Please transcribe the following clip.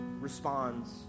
responds